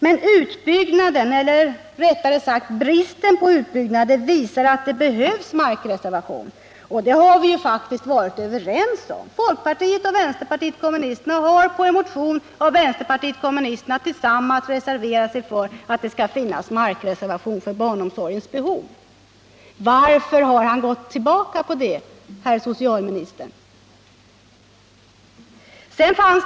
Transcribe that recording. Men utbyggnaden, eller rättare sagt bristen på utbyggnad, visar att det behövs markreservation, och det har vi faktiskt varit överens om. Folkpartiet och vänsterpartiet kommunisterna har med anledning av en motion från vänsterpartiet kommunisterna tillsammans reserverat sig för att det skall finnas markreservation för barnomsorgens behov. Varför har herr socialministern gått ifrån den ståndpunkten?